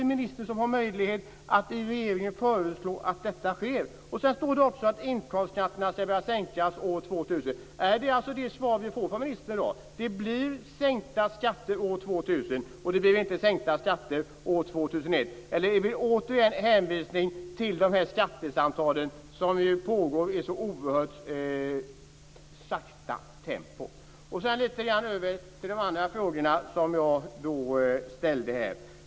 En minister har möjlighet att föreslå regeringen att så skall ske. "Inkomstskatterna skall börja sänkas redan år 2000", har ministern också sagt. Är det ministerns svar, att det blir sänkta skatter år 2000 och inte år 2001? Eller får vi återigen en hänvisning till skattesamtalen, som pågår i ett så otroligt långsamt tempo? Jag går över till de andra frågorna i min interpellation.